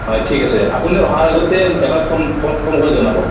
হয় ঠিক আছে আপুনি অহাৰ আগতে এবাৰ ফোন ফোন ফোন কৰি জনাব